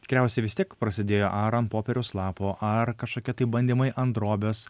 tikriausiai vis tiek prasidėjo ar ant popieriaus lapo ar kažkokie tai bandymai ant drobės